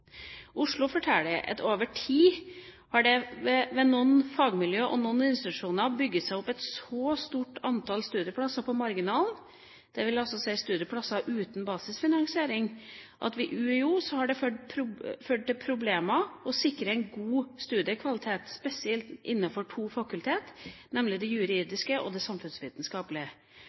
Oslo forteller at over tid har det ved noen fagmiljøer og noen institusjoner bygd seg opp et stort antall studieplasser på marginalen – dvs. studieplasser uten basisfinansiering. Ved UiO har dette ført til problemer knyttet til å sikre en god studiekvalitet, spesielt innenfor to fakulteter, nemlig Det juridiske fakultet og Det